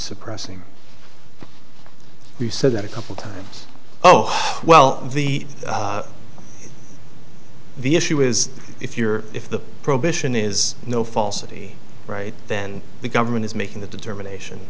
suppressing who said that a couple times oh well the the issue is if you're if the prohibition is no falsity right then the government is making the determination